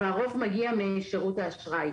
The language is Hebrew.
והרוב מגיע משירות האשראי.